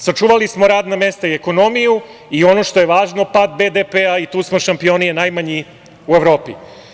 Sačuvali smo radna mesta i ekonomiju i ono što je važno – pad BDP i tu smo šampioni jer je najmanji u Evropi.